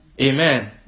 Amen